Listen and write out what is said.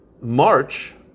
March